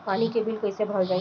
पानी के बिल कैसे भरल जाइ?